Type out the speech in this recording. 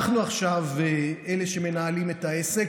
אנחנו עכשיו אלה שמנהלים את העסק,